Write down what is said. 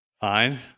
fine